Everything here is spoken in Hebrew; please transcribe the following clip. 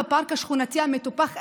בפארק השכונתי המטופח,